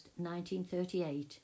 1938